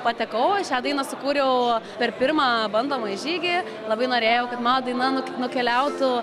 patekau o šią dainą sukūriau per pirmą bandomąjį žygį labai norėjau kad mano daina nuk nukeliautų